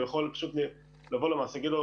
הוא יכול לבוא למעסיק ולהגיד לו: